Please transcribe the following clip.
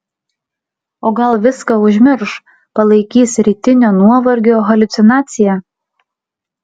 o gal viską užmirš palaikys rytinio nuovargio haliucinacija